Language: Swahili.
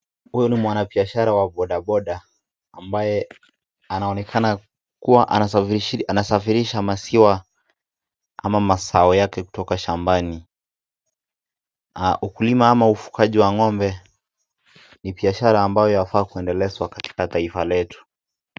Huyu ni mwanabiashara wa bodaboda ambaye anaonekana kuwa kusafirisha maziwa au mazao yake kutoka shambani. Ukulima ama ufugaji wa ng'ombe ni biashara ambayo inafaa kuendeleshwa katika taifa letu.